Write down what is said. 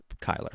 Kyler